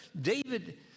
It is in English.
David